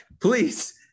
please